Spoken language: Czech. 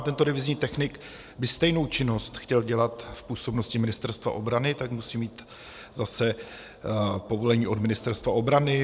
Tento revizní technik by stejnou činnost chtěl dělat v působnosti Ministerstva obrany, tak musí mít povolení od Ministerstva obrany.